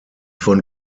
von